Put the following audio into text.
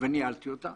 וניהלתי אותה